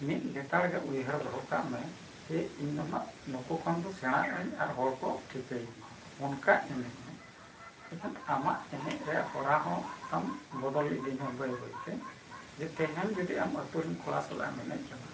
ᱢᱤᱫ ᱞᱮᱛᱟᱲ ᱜᱮ ᱩᱭᱦᱟᱹᱨ ᱫᱚᱦᱚ ᱠᱟᱜ ᱢᱮ ᱥᱮ ᱤᱧᱫᱚ ᱱᱟᱦᱟᱜ ᱱᱩᱠᱩ ᱠᱷᱚᱱ ᱫᱚ ᱥᱮᱬᱟᱜᱟᱹᱧ ᱟᱨ ᱦᱚᱲᱠᱚ ᱴᱷᱤᱠᱟᱹᱭᱤᱧ ᱢᱟ ᱚᱱᱠᱟ ᱮᱱᱮᱡ ᱢᱮ ᱮᱠᱷᱟᱱ ᱟᱢᱟᱜ ᱮᱱᱮᱡ ᱨᱮᱭᱟᱜ ᱦᱚᱨᱟ ᱦᱚᱸ ᱛᱟᱢ ᱵᱚᱫᱚᱞ ᱤᱫᱤᱭ ᱢᱮ ᱵᱟᱹᱭᱼᱵᱟᱹᱭᱛᱮ ᱡᱮ ᱛᱮᱦᱮᱧ ᱡᱩᱫᱤ ᱟᱢ ᱟᱛᱳᱨᱮᱱ ᱠᱚᱲᱟ ᱥᱟᱞᱟᱜ ᱮᱢ ᱮᱱᱮᱡ ᱠᱟᱱᱟ